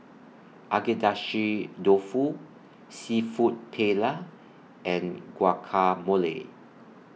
Agedashi Dofu Seafood Paella and Guacamole